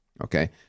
okay